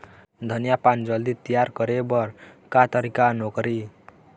धनिया पान जल्दी तियार करे बर का तरीका नोकरी?